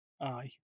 Aye